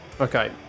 Okay